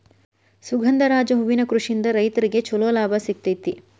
ಸುಗಂಧರಾಜ ಹೂವಿನ ಕೃಷಿಯಿಂದ ರೈತ್ರಗೆ ಚಂಲೋ ಲಾಭ ಸಿಗತೈತಿ